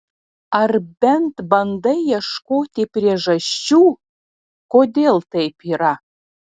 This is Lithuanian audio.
ar bent bandai ieškoti priežasčių kodėl taip yra